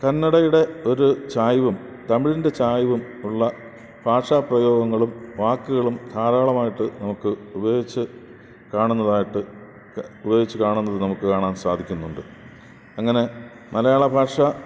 കന്നഡയുടെ ഒരു ചായ്വും തമിഴിൻ്റെ ചായ്വും ഉള്ള ഭാഷാപ്രയോഗങ്ങളും വാക്കുകളും ധാരാളമായിട്ട് നമുക്ക് ഉപയോഗിച്ച് കാണുന്നതായിട്ട് ക ഉപയോഗിച്ച് കാണുന്നത് നമുക്ക് കാണാൻ സാധിക്കുന്നുണ്ട് അങ്ങനെ മലയാള ഭാഷ